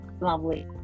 lovely